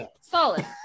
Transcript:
Solid